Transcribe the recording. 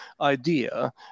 idea